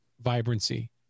vibrancy